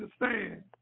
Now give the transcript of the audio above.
understand